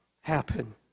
happen